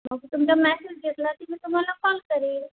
मग तुमचा मेसेज भेटला की मी तुम्हाला कॉल करेल